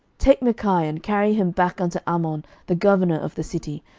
take micaiah, and carry him back unto amon the governor of the city,